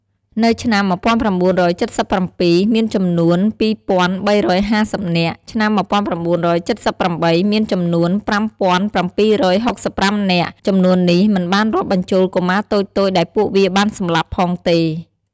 នៅឆ្នាំ១៩៧៧ មានចំនួន២៣៥០នាក់ ឆ្នាំ១៩៧៨ មានចំនួន៥៧៦៥នាក់ ចំនួននេះមិនបានរាប់បញ្ចូលកុមារតូចៗដែលពួកវាបានសម្លាប់ផងទេ។